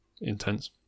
intense